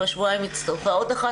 אחרי שבועיים הצטרפה עוד אחת.